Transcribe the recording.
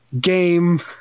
game